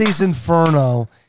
Inferno